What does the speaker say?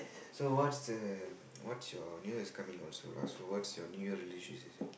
so what's the what's your New Year is coming also lah so what's your New Year